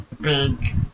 Big